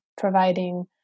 providing